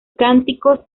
cánticos